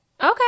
Okay